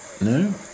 No